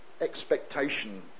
expectation